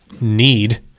need